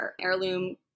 heirloom